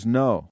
no